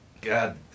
God